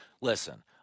listen